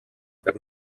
per